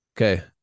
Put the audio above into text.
Okay